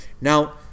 Now